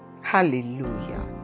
Hallelujah